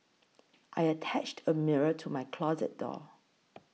I attached a mirror to my closet door